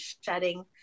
shedding